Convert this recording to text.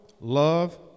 love